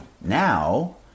Now